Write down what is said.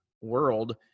world